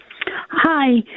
Hi